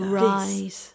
rise